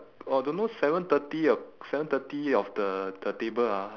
the there's a on on the seven